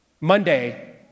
Monday